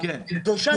קדוש,